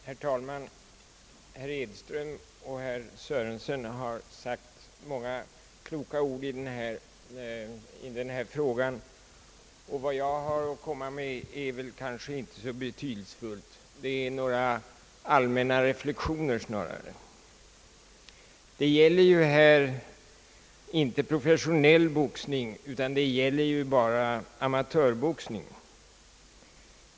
Herr talman! Herr Edström och herr Sörenson har sagt många kloka ord i denna fråga. Vad jag har att komma med är kanske inte så betydelsefullt, utan det är snarare några allmänna reflexioner. Det gäller här inte professionell boxning, utan bara amatörboxning.